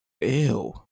Ew